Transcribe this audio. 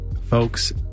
folks